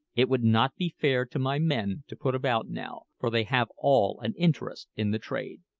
it would not be fair to my men to put about now, for they have all an interest in the trade.